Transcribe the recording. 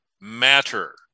matter